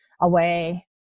away